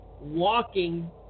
walking